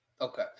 Okay